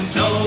no